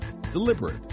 deliberate